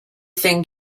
thing